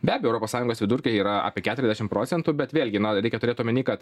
be abejo europos sąjungos vidurkiai yra apie keturiasdešim procentų bet vėlgi reikia turėt omeny kad